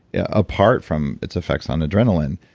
apart from its effects on adrenaline.